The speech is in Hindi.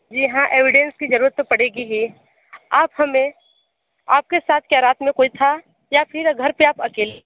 जी हाँ एविडेंस की जरूरत तो पड़ेगी ही आप हमें आपके साथ क्या रात में कोई था या फिर घर पे आप अकेली